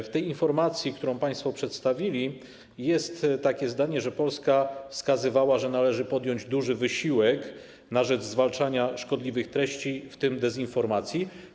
W tej informacji, którą państwo przedstawili, jest takie zdanie, że Polska wskazywała, iż należy podjąć duży wysiłek na rzecz zwalczania szkodliwych treści, w tym dezinformacji.